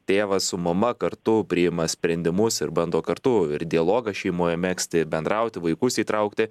tėvas su mama kartu priima sprendimus ir bando kartu ir dialogą šeimoje megzti bendrauti vaikus įtraukti